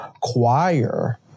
choir